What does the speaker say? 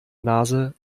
nase